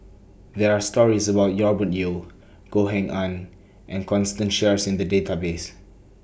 There Are stories about Robert Yeo Goh Eng Han and Constance Sheares in The Database